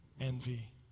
envy